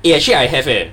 eh actually I have eh